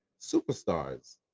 superstars